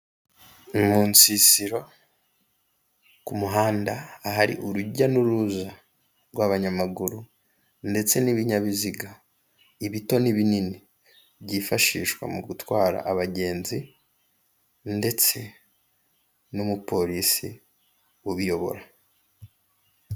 Mu nsisiro ku muhanda ahari urujya n'uruza rw'abanyamaguru ndetse n'ibinyabiziga ibito n'ibinini, byifashishwa mu gutwara abagenzi ndetse n'umupolisi ubiyobora.